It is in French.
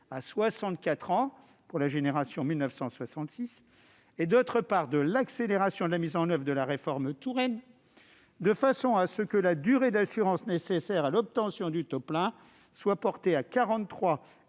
à 64 ans dès la génération 1966 et, d'autre part, de l'accélération de la mise en oeuvre de la réforme Touraine, de façon à ce que la durée d'assurance nécessaire à l'obtention du taux plein soit portée à 43